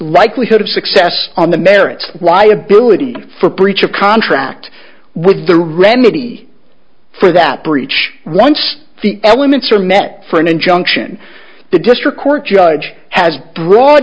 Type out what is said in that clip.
likelihood of success on the merits why ability for breach of contract with the remedy for that breach once the elements are met for an injunction the district court judge has broad